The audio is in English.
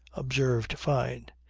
observed fyne.